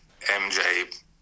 MJ